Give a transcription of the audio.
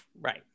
Right